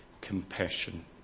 compassion